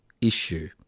issue